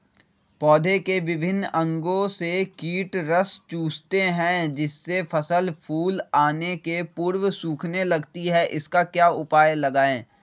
पौधे के विभिन्न अंगों से कीट रस चूसते हैं जिससे फसल फूल आने के पूर्व सूखने लगती है इसका क्या उपाय लगाएं?